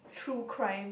true crime